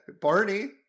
Barney